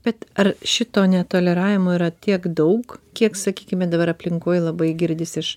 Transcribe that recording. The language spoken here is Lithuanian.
bet ar šito netoleravimo yra tiek daug kiek sakykime dabar aplinkoj labai girdisi iš